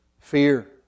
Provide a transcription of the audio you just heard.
fear